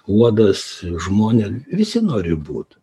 uodas žmonė visi nori būt